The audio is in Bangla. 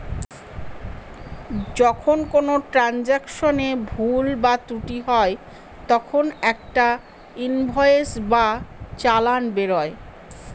যখন কোনো ট্রান্সাকশনে ভুল বা ত্রুটি হয় তখন একটা ইনভয়েস বা চালান বেরোয়